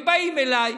הם באים אליי,